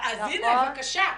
הנה, בבקשה.